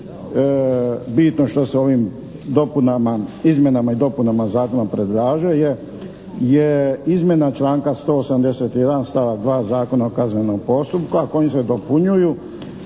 bitno što se ovim dopunama, izmjenama i dopunama Zakona predlaže je, je izmjena članka 181. stavak 2. Zakona o kaznenom postupku a kojim se dopunjuju